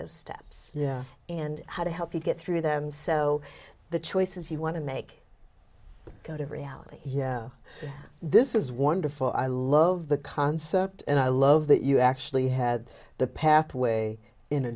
those steps yeah and how to help you get through them so the choices you want to make out of reality yeah this is wonderful i love the concept and i love that you actually had the pathway in a